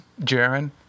Jaron